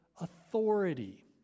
authority